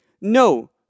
No